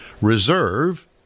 Reserve